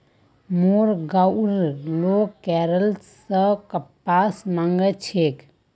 मोर गांउर लोग केरल स कपास मंगा छेक